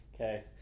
okay